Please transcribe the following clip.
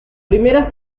primeras